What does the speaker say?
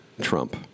Trump